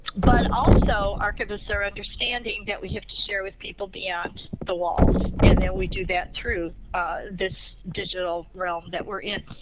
but also archivists are understanding that we have to share with people beyond the walls. and that we do that through this digital realm that we're in.